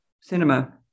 cinema